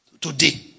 Today